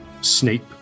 Snape